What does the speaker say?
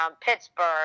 Pittsburgh